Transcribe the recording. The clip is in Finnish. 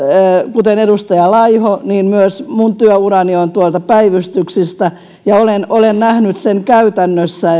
kuten edustaja laihon myös minun työurani on tuolta päivystyksistä ja olen olen nähnyt käytännössä